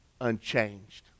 unchanged